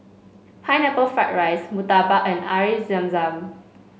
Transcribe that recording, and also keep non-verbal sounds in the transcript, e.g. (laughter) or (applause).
Pineapple Fried Rice Murtabak and (unintelligible) Zam Zam